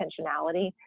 intentionality